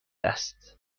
است